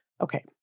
Okay